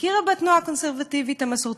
הכירה בתנועה הקונסרבטיבית המסורתית,